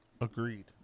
Agreed